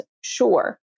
sure